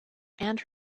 and